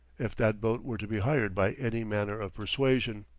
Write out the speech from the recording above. if that boat were to be hired by any manner of persuasion.